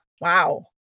Wow